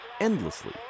endlessly